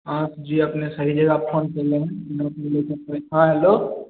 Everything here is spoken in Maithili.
हँ जी अपने सही जगह फोन केलहुॅं हँ हेलो